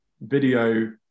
video